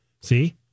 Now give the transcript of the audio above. See